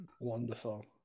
Wonderful